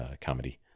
comedy